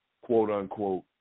quote-unquote